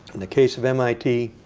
the case of mit,